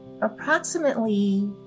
approximately